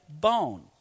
bone